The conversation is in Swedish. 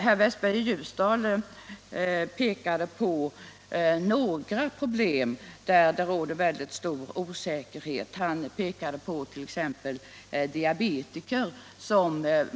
Herr Westberg i Ljusdal pekade på några grupper, för vilka osäkerheten om rätten till ersättning är mycket stor. Diabetiker hart.ex.